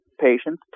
patients